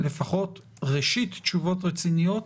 ראשית תשובות רציניות,